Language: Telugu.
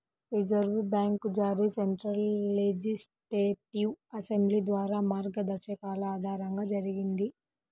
రిజర్వు బ్యాంకు జారీ సెంట్రల్ లెజిస్లేటివ్ అసెంబ్లీ ద్వారా మార్గదర్శకాల ఆధారంగా జరిగింది